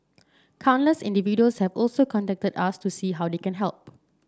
countless individuals have also contacted us to see how they can help